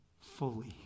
fully